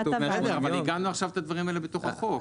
בסדר אבל עיגנו עכשיו את הדברים האלה בתוך החוק.